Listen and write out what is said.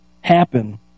happen